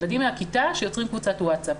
ילדים מהכיתה שיוצרים קבוצת ווצאפ.